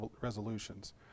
resolutions